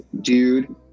dude